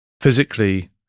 physically